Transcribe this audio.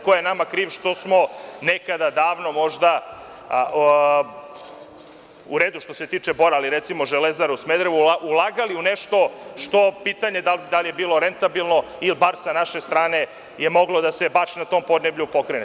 Ko je nama kriv što smo nekada davno možda, u redu, što se tiče Bora, ali recimo Železaru Smederevo ulagali u nešto što je pitanje da li je bilo rentabilno, jer bar sa naše strane je moglo da se na tom podneblju pokrene.